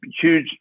huge